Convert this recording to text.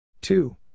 Two